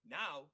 now